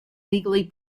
legally